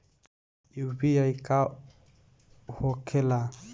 UPI का होके ला?